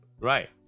right